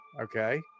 Okay